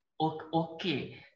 okay